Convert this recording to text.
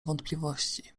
wątpliwości